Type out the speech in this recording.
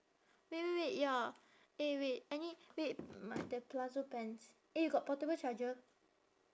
wait wait wait ya eh wait I need wait my the palazzo pants eh you got portable charger